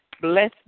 Bless